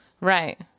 Right